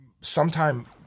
sometime